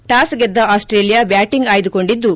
toss ಗೆದ್ದ Australia batting ಆಯ್ದುಕೊಂಡಿದ್ದು